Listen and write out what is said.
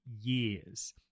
years